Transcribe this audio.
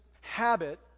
habit